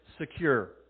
secure